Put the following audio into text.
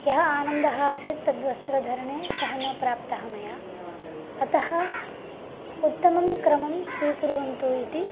यः आनन्दः आसीत् तद्वस्त्रधरणे सः न प्राप्तः मया अतः उत्तमं क्रमं स्वीकुर्वन्तु इति